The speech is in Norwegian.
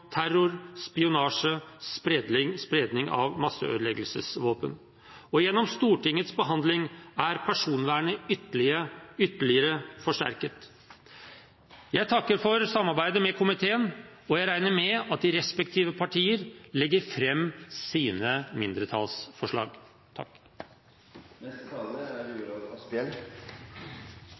terror, spionasje og spredning av masseødeleggelsesvåpen. Gjennom Stortingets behandling er personvernet ytterligere forsterket. Jeg takker for samarbeidet med komiteen. Jeg regner med at de respektive partier legger fram sine mindretallsforslag.